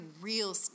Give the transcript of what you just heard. real